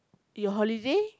your holiday